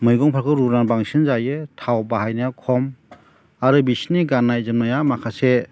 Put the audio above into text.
मैगंफोरखौ रुनानै बांसिन जायो थाव बाहायनाया खम आरो बिसोरनि गाननाय जोमनाया माखासे